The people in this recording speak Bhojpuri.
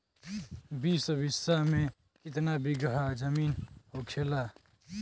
बीस बिस्सा में कितना बिघा जमीन होखेला?